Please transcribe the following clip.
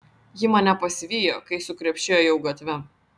ji mane pasivijo kai su krepšiu ėjau gatve